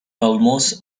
almost